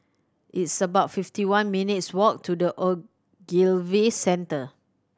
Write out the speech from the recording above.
it's about fifty one minutes' walk to The Ogilvy Centre